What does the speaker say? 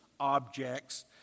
Objects